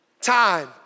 time